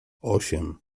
osiem